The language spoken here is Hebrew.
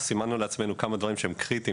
סימנו לעצמנו כמה דברים שהם קריטיים,